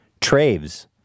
Traves